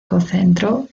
concentró